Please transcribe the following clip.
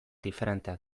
diferenteak